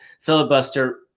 filibuster